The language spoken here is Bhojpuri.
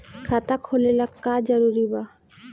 खाता खोले ला का का जरूरी बा?